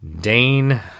Dane